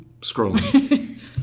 Scrolling